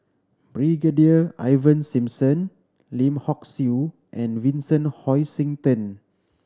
Brigadier Ivan Simson Lim Hock Siew and Vincent Hoisington